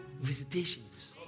visitations